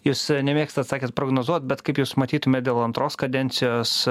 jūs nemėgstat sakėt prognozuot bet kaip jūs matytumėt dėl antros kadencijos